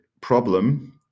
problem